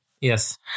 Yes